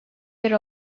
yer